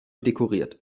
dekoriert